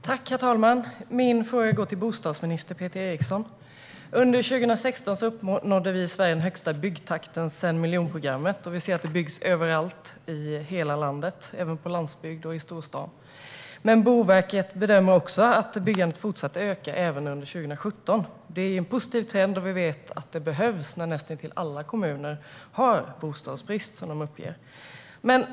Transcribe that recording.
Herr talman! Min fråga går till bostadsminister Peter Eriksson. Under 2016 uppnådde vi i Sverige den högsta byggtakten sedan miljonprogrammet. Vi ser att det byggs överallt i hela landet, både på landsbygd och i storstad. Boverket bedömer också att byggandet fortsätter att öka även under 2017. Det är en positiv trend, och vi vet att det behövs, eftersom näst intill alla kommuner uppger att de har bostadsbrist.